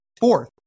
fourth